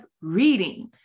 reading